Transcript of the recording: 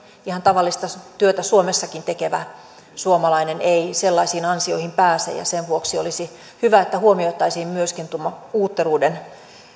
ihan tavallistakin työtä suomessa tekevä suomalainen ei sellaisiin ansioihin pääse ja sen vuoksi olisi hyvä että huomioitaisiin myöskin tuo uutteruuden